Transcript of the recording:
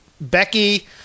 Becky